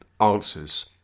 answers